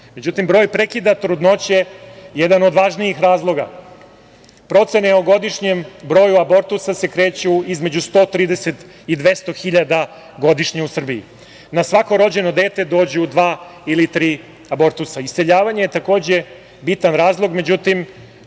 broj prekida trudnoće jedan je od važnijih razloga. Procene o godišnjem broju abortusa se kreću između 130 i 200 hiljada godišnje u Srbiji. Na svako rođeno dete dođu dva ili tri abortusa. Iseljavanje je takođe bitan razlog, međutim,